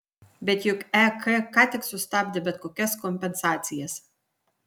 bet juk ek ką tik sustabdė bet kokias kompensacijas